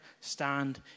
stand